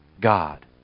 God